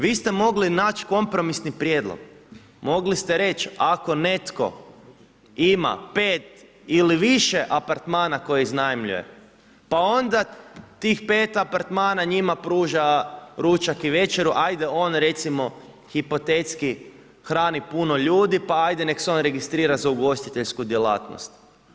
Vi ste mogli naći kompromisni prijedlog, mogli ste reći ako netko ima 5 ili više apartmana koje iznajmljuje pa onda tih 5 apartmana njima pruža ručak i večeru, ajde on recimo hipotetski hrani puno ljudi pa ajde neka se on registrira za ugostiteljsku djelatnost.